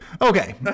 Okay